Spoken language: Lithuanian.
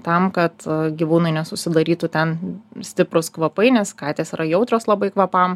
tam kad gyvūnui nesusidarytų ten stiprūs kvapai nes katės yra jautrios labai kvapam